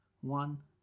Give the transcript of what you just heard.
one